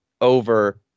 over